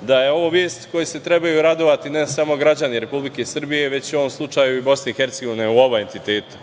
da je ovo vest kojoj se trebaju radovati ne samo građani Republike Srbije, već u ovom slučaju i BiH u oba entiteta,